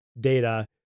data